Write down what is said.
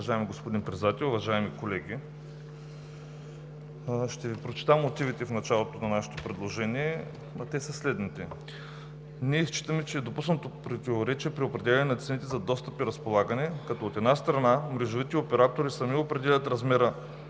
Уважаема госпожо Председател, уважаеми колеги, ще Ви прочета мотивите в началото на нашето предложение, а те са следните. Ние считаме, че е допуснато противоречие при определяне на цените за достъп и разполагане, като, от една страна, мрежовите оператори сами определят размера